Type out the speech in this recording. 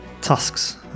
tusks